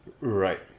Right